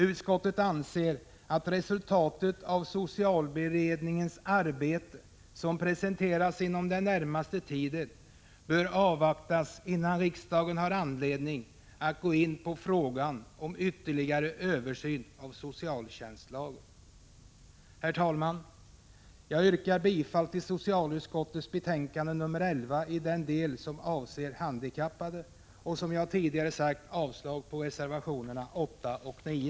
Utskottet anser att resultatet av socialberedningens arbete, som presenteras inom den närmaste tiden, bör avvaktas innan riksdagen har anledning att gå in på frågan om ytterligare översyn av socialtjänstlagen. Herr talman! Jag yrkar bifall till socialutskottets hemställan i betänkande nr 11 i den del som avser handikappade och, som jag tidigare sagt, avslag på reservationerna 8 och 9.